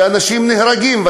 שאנשים נהרגים בהן,